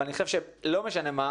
אבל אני חושב שלא משנה מה,